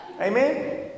Amen